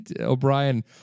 O'Brien